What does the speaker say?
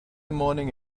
morning